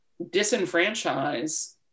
disenfranchise